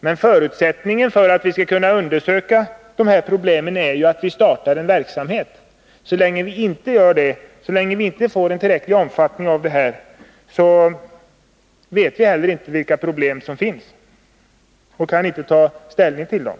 Men förutsättningen för att vi skall kunna undersöka problemen är ju att vi startar en verksamhet. Så länge användningen av exempelvis etanol inte får tillräcklig omfattning vet vi heller inte vilka problem en sådan användning medför och kan inte ta ställning till dem.